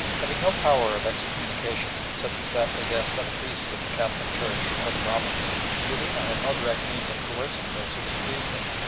having no power of excommunication, such as that possessed by the priests of the catholic church or the brahmins, the ulema had no direct means of coercing those who displeased them,